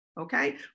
okay